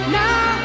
now